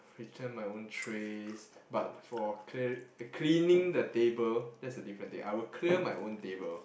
return my own trays but for clear cleaning the table that's a different thing I will clear my own table